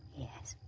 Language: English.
yes.